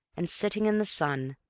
and sitting in the sun,